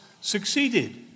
succeeded